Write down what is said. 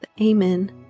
Amen